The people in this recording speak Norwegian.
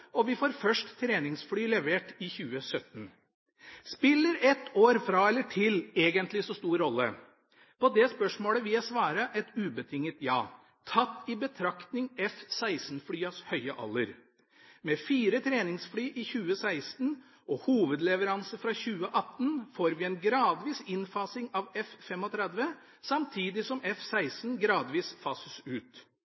og vi får først treningsfly levert i 2017. Spiller et år fra eller til egentlig så stor rolle? På det spørsmålet vil jeg svare et ubetinget ja – tatt i betraktning F-16-flyenes høye alder. Med fire treningsfly i 2016 og hovedleveranse fra 2018 får vi en gradvis innfasing av F-35 samtidig som